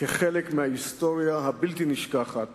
כחלק מההיסטוריה הבלתי-נשכחת